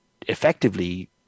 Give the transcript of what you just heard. effectively